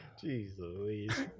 Jesus